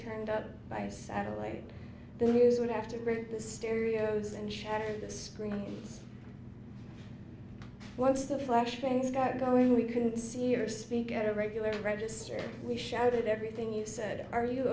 turned up by satellite the news would have to break the stereos and shatter the spring once the flashings got going we couldn't see or speak at a regular register we shouted everything you said are you